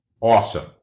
awesome